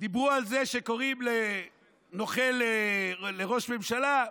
דיברו על זה שקוראים לראש ממשלה "נוכל".